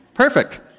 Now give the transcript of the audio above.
perfect